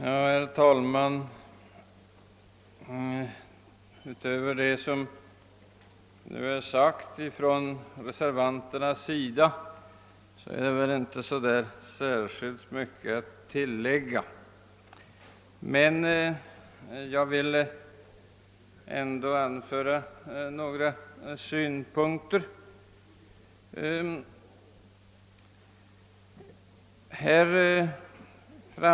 Herr talman! Det finns kanske inte särskilt mycket att tillägga utöver det som redan sagts från reservanternas sida, men jag vill ändå anföra några Synpunkter.